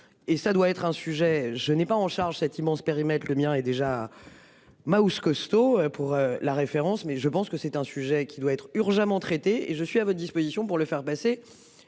et ça doit être un sujet, je n'ai pas en charge cet immense périmètre le mien est déjà. Maousse costaud pour la référence mais je pense que c'est un sujet qui doit être urgemment traiter et je suis à votre disposition pour le faire passer